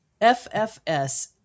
FFS